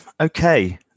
Okay